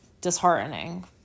disheartening